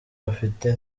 bafite